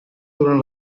durant